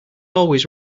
always